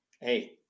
hey